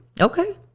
Okay